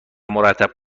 مرتب